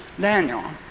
Daniel